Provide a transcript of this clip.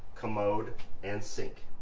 commode and sink.